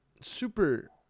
super